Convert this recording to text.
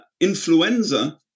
influenza